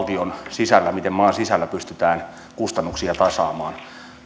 maan sisällä pystytään kustannuksia tasaamaan